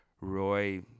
Roy